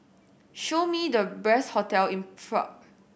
show me the best hotel in Prague